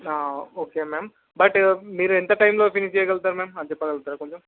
okay ma'am but మీరెంత టైంలో finish చెయ్యగలుగుతారు మామ్ అది చెప్పగలుగుతారా కొంచెం